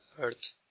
earth